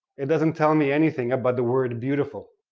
it doesn't tell me anything about the word beautiful,